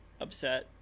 upset